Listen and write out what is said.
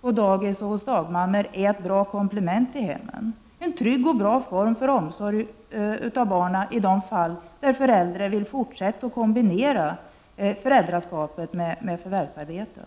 på dagis och hos dagmammor är ett bra komplement till hemmen. En trygg och bra form för omsorg av barnen i de fall föräldrarna vill kombinera sitt föräldraskap med fortsatt förvärvsarbete.